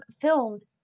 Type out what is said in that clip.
filmed